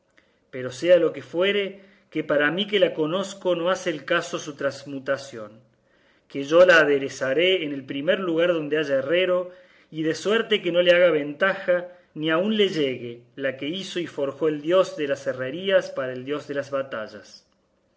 pero sea lo que fuere que para mí que la conozco no hace al caso su trasmutación que yo la aderezaré en el primer lugar donde haya herrero y de suerte que no le haga ventaja ni aun le llegue la que hizo y forjó el dios de las herrerías para el dios de las batallas